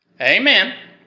Amen